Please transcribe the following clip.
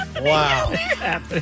Wow